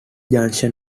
junction